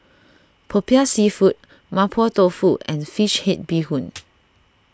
Popiah Seafood Mapo Tofu and Fish Head Bee Hoon